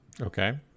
Okay